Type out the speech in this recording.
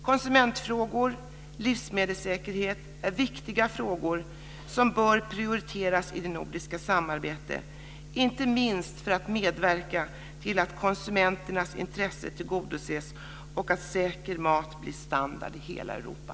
Konsumentfrågor och livsmedelssäkerhet är viktiga frågor som bör prioriteras i det nordiska samarbetet, inte minst för att medverka till att konsumenternas intresse tillgodoses och att säker mat blir standard i hela Europa.